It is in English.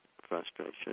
frustration